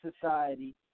society